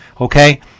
okay